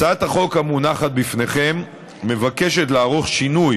הצעת החוק המונחת לפניכם מבקשת לערוך שינוי